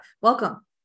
Welcome